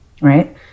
right